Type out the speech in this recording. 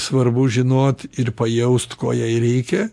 svarbu žinot ir pajaust ko jai reikia